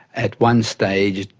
at one stage,